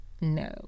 No